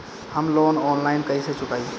हम loan online कइसे चुकाई?